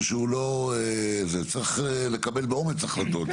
צריך לקבל באומץ החלטות.